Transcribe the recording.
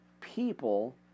people